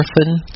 orphan